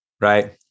right